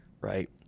right